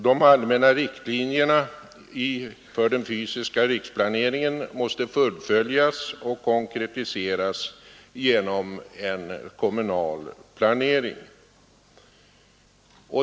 De allmänna riktlinjerna för den fysiska riksplaneringen måste fullföljas och konkretiseras genom en kommunal planering.